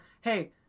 Hey